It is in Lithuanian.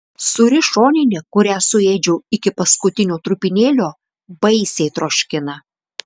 sūri šoninė kurią suėdžiau iki paskutinio trupinėlio baisiai troškina